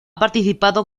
participado